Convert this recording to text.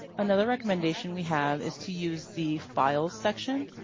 another recommendation we have is to use the files section.